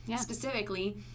specifically